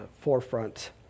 forefront